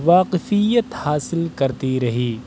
واقفیت حاصل کرتی رہی